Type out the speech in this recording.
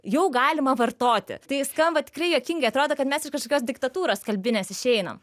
jau galima vartoti tai skamba tikrai juokingai atrodo kad mes iš kažkokios diktatūros kalbinės išeinam